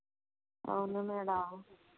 అవును మేడం